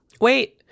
Wait